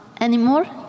anymore